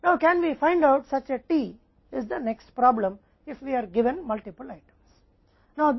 अब क्या हम पता लगा सकते हैं कि इस तरह की T अगली समस्या है अगर हमें कई आइटम दिए जाते हैं